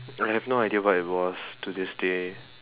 I have no idea what it was to this day